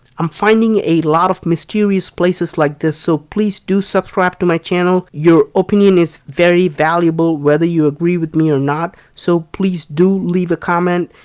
um finding a lot of mysterious places like this, so please do subscribe to my channel. your opinion is very valuable whether you agree with me or not, so please do leave a comment.